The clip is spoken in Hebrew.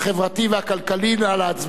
נא להצביע, מי בעד?